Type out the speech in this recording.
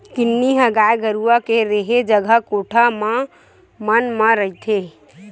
किन्नी ह गाय गरुवा के रेहे जगा कोठा मन म रहिथे